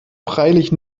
freilich